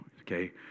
okay